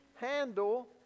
handle